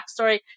backstory